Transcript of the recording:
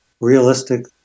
realistic